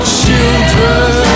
children